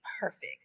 perfect